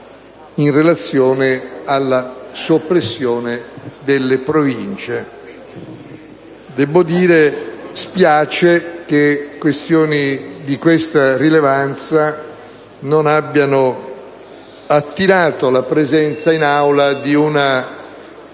in relazione alla soppressione delle Province. Spiace che questioni di questa rilevanza non abbiano attirato la presenza in Aula di un